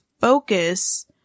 focus